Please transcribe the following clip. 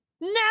No